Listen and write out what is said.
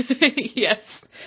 yes